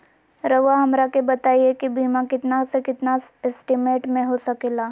रहुआ हमरा के बताइए के बीमा कितना से कितना एस्टीमेट में हो सके ला?